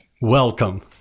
Welcome